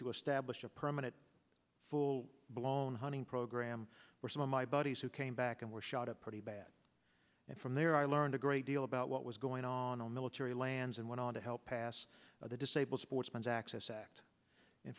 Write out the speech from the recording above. to establish a permanent full blown hunting program for some of my buddies who came back and were shot up pretty bad and from there i learned a great deal about what was going on our military lands and went on to help pass the disabled sportsman's access act and